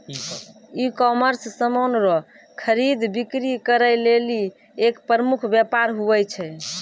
ecommerce समान रो खरीद बिक्री करै लेली एक प्रमुख वेपार हुवै छै